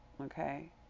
Okay